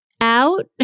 out